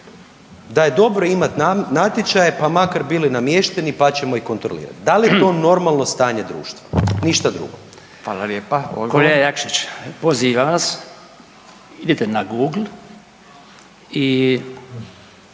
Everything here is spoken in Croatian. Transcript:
da je dobro imati natječaje pa makar bili namješteni pa ćemo ih kontrolirati, da li je to normalno stanje društva? Ništa drugo. **Radin,